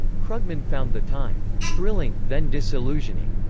krugman found the time thrilling, then disillusioning.